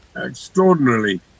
extraordinarily